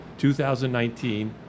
2019